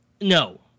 no